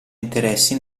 interessi